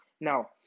now